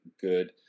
good